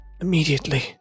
Immediately